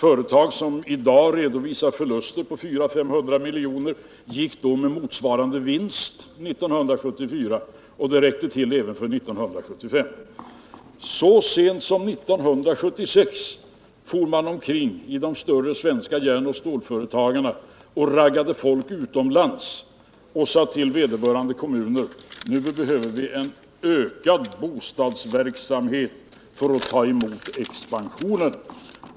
Företag som i dag redovisar förluster på 400-500 milj.kr. gick med motsvarande vinst 1974, och det räckte till även för 1975. Så sent som 1976 for man omkring från de större svenska järnoch stålföretagen och raggade folk utomlands, och man sade till vederbörande kommuner: Nu behöver vi ökat bostadsbyggande för att ta emot expansionen.